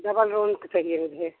double room का चाहिए मुझे